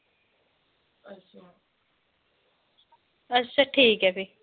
अच्छा ठीक ऐ फ्ही